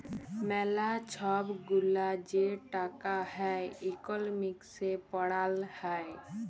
ম্যালা ছব গুলা যে টাকা হ্যয় ইকলমিক্সে পড়াল হ্যয়